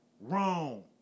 wrong